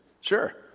Sure